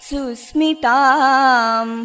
Susmitam